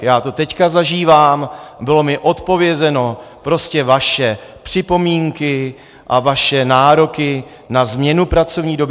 Já to teď zažívám, bylo mi odpovězeno, prostě vaše připomínky a vaše nároky na změnu pracovní doby...